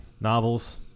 novels